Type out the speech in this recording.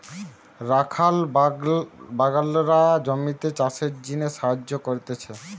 রাখাল বাগলরা জমিতে চাষের জিনে সাহায্য করতিছে